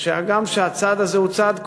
שהגם שהצעד הזה הוא צעד כואב,